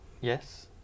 Yes